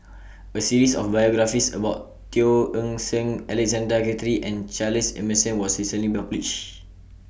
A series of biographies about Teo Eng Seng Alexander Guthrie and Charles Emmerson was recently published